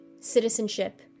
citizenship